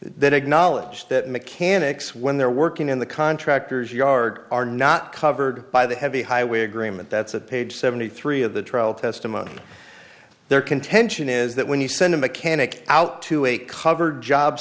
that acknowledged that mechanics when they're working in the contractors yard are not covered by the heavy highway agreement that's at page seventy three of the trial testimony their contention is that when you send a mechanic out to a covered job